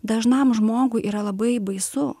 dažnam žmogui yra labai baisu